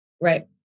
Right